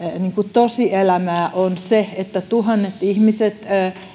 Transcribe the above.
tosielämää on se että tuhannet ihmiset